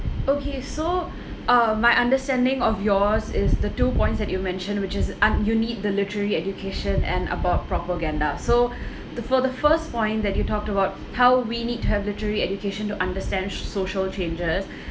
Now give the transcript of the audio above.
okay so uh my understanding of yours is the two points that you mentioned which is and you need the literary education and about propaganda so the for the first point that you talked about how we need to have literary education to understand sho social changes